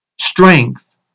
strength